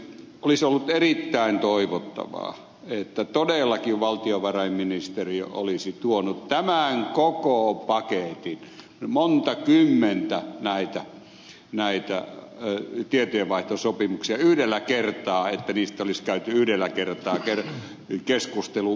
olisi ollut erittäin toivottavaa että todellakin valtiovarainministeriö olisi tuonut tämän koko paketin monta kymmentä näitä tietojenvaihtosopimuksia yhdellä kertaa että niistä olisi käyty yhdellä kertaa keskustelu